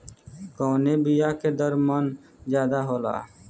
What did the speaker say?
कवने बिया के दर मन ज्यादा जाला?